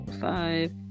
Five